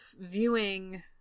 viewing